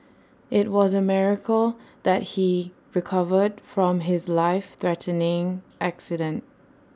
IT was A miracle that he recovered from his life threatening accident